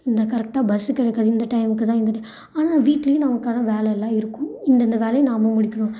இந்த கரெக்டாக பஸ்ஸு கிடைக்காது இந்த டைம்க்குதான் இந்த ஆனால் வீட்டிலையும் நமக்கான வேலைல்லா இருக்கும் இந்தந்த வேலையை நாம் முடிக்கணும்